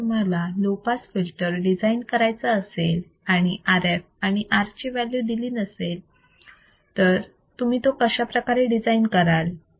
समजा तुम्हाला low pass filter design करायचा असेल आणि Rf आणि R ची व्हॅल्यू दिली नसेल तर तुम्ही तो कशाप्रकारे डिझाईन कराल